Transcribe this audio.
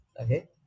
Okay